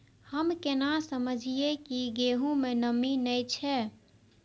हम केना समझये की गेहूं में नमी ने छे?